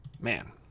man